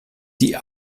die